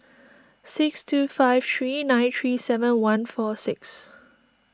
six two five three nine three seven one four six